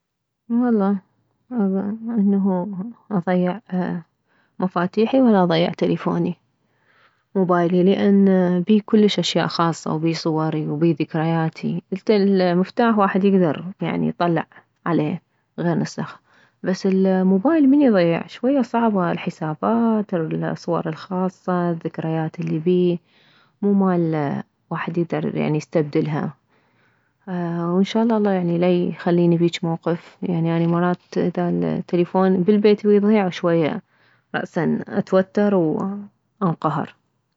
والله انه اضيع مفاتيحي ولا اضيع تلفوني موبايلي لان بيه كلش اشياء خاصة وبيه صوري وبيه ذكرياتي المفتاح واحد يكدر يعني يطلع عليه غير نسخ بس الموبايل من يضيع شي صعب الحسابات والصور الخاصة والذكريات الي بيه مو مال واحد يكدر يستبدلها وان شالله الله لا يخليني بهيجي موقف يعني اني مرات اذا التلفون اذا بالبيت ويضيع شوية رأسا اتوتر وانقهر